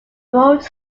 road